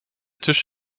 tisch